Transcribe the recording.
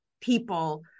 people